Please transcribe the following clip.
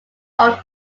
own